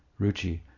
Ruchi